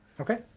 okay